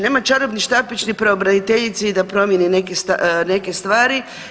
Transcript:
Nema čarobni štapić ni pravobraniteljica i da promjeni neke stvari.